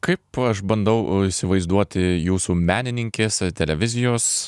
kaip aš bandau įsivaizduoti jūsų menininkės televizijos